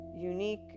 unique